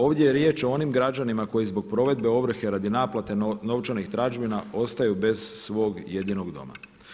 Ovdje je riječ o onim građanima koji zbog provedbe ovrhe radi naplate novčanih tražbina ostaju bez svog jedinog doma.